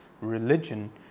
religion